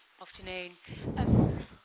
Afternoon